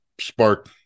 spark